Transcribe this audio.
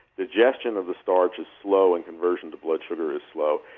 digestion of the starch is slow and conversion to blood sugar is slow.